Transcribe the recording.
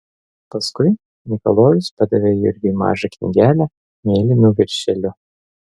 paskui nikolajus padavė jurgiui mažą knygelę mėlynu viršeliu